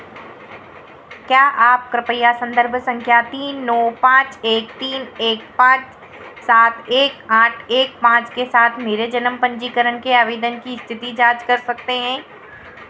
क्या आप कृपया संदर्भ संख्या तीन नौ पाँच एक तीन एक पाँच सात एक आठ एक पाँच के साथ मेरे जन्म पंजीकरण के आवेदन की स्थिति जाँच कर सकते हैं